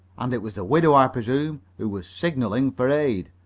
and it was the widow, i presume, who was signaling for aid.